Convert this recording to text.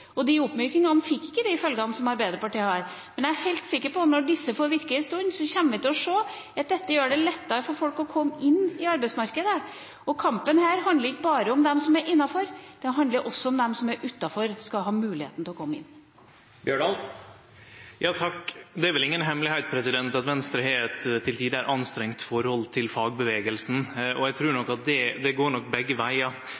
og de oppmykningene fikk ikke de følgene som Arbeiderpartiet kommer med her, men jeg er helt sikker på at når disse får virke en stund, kommer vi til å se at dette gjør det lettere for folk å komme inn i arbeidsmarkedet. Denne kampen handler ikke bare om dem som er utenfor; den handler også om at de som er utenfor, skal ha muligheten til å komme inn. Det er vel inga hemmelegheit at Venstre har eit til tider anstrengt forhold til fagbevegelsen, og